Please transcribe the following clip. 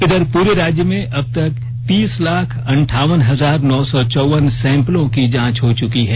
इधर पूरे राज्य में अबतक तीस लाख अंठावन नौ सौ चौवन सैंपलों की जांच हो चुकी है